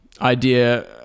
idea